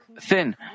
thin